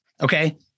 okay